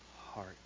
heart